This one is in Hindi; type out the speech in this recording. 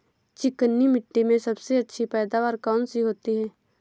चिकनी मिट्टी में सबसे अच्छी पैदावार कौन सी होती हैं?